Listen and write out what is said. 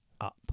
Up